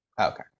Okay